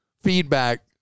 feedback